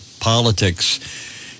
politics